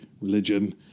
religion